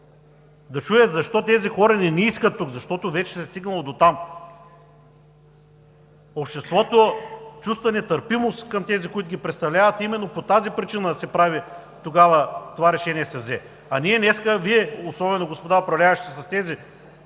да чуе защо тези хора не ни искат тук, защото вече се е стигнало дотам. Обществото чувства нетърпимост към тези, които ги представляват, а именно по тази причина тогава се взе това решение. А днес ние и особено Вие, господа управляващи, с тези